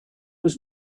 was